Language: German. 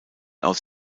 aus